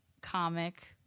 comic